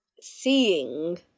seeing